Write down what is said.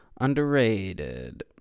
underrated